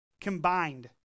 combined